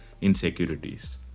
insecurities